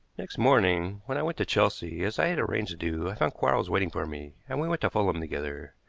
next morning when i went to chelsea, as i had arranged to do, i found quarles waiting for me, and we went to fulham together.